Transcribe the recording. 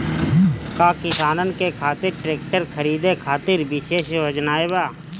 का किसानन के खातिर ट्रैक्टर खरीदे खातिर विशेष योजनाएं बा?